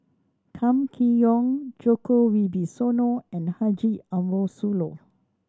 Kam Kee Yong Djoko Wibisono and Haji Ambo Sooloh